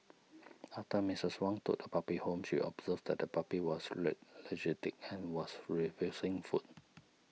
after Missus Wong took the puppy home she observed that the puppy was lethargic and was refusing food